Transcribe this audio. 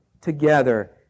together